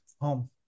home